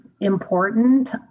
important